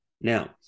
now